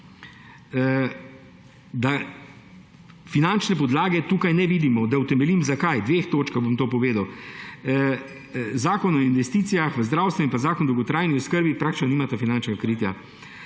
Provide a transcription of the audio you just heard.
Finančne podlage tukaj ne vidimo. Da utemeljim, zakaj. V dveh točkah bom to povedal. Zakon o investicijah v zdravstvo in zakon o dolgotrajni oskrbi praktično nimata finančnega kritja.